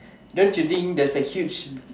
don't you think that's a huge